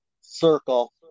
circle